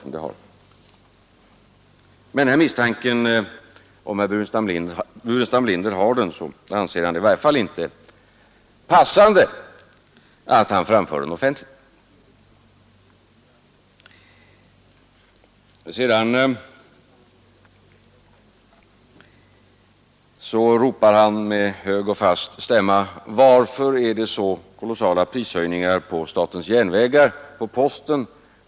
Men om herr Burenstam Linder har den misstanken så anser han det i varje fall inte passande att framföra den offentligt. Sedan ropar han med hög och fast stämma: ”Varför är det så kolossala prishöjningar på statens järnvägar och på posten?